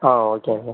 ஆ ஓகேங்க